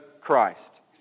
Christ